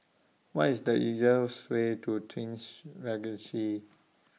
What IS The easiest Way to Twins Regency